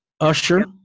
Usher